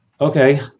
Okay